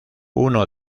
uno